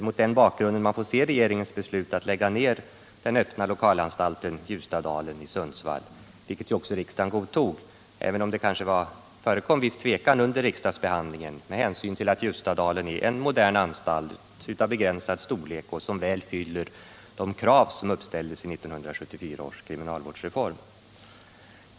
Mot den bakgrunden får man väl se regeringens beslut att lägga ned den öppna lokalanstalten Ljustadalen i Sundsvall, vilket ju riksdagen också godtog, även om det kanske förekom viss tvekan under riksdagsbehandlingen med hänsyn till att Ljustadalen är en modern anstalt av begränsad storlek som väl fyller de krav som uppställdes i 1974 års kriminalvårdsreform.